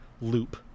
loop